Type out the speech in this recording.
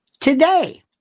today